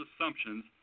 assumptions